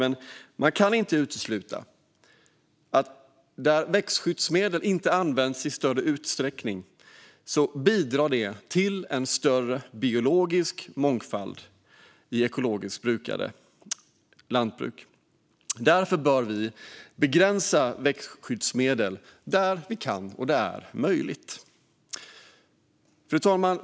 Men man kan inte utesluta att där växtskyddsmedel inte används i större utsträckning bidrar det till en större biologisk mångfald i ekologiskt brukade lantbruk. Därför bör vi begränsa användningen av växtskyddsmedel där det är möjligt. Fru talman!